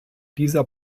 dieser